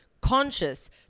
conscious